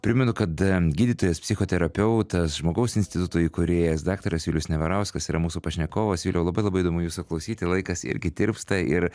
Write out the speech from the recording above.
primenu kad gydytojas psichoterapeutas žmogaus instituto įkūrėjas daktaras julius neverauskas yra mūsų pašnekovas juliau labai labai įdomu jūsų klausyti laikas irgi tirpsta ir